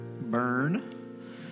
Burn